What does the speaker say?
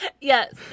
Yes